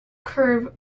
curve